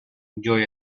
enjoy